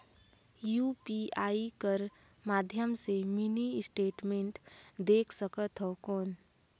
UPI कर माध्यम से मिनी स्टेटमेंट देख सकथव कौन?